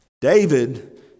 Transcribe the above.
David